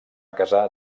casar